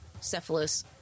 cephalus